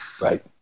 Right